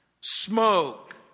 smoke